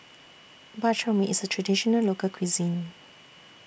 Bak Chor Mee IS A Traditional Local Cuisine